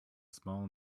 small